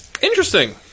Interesting